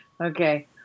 Okay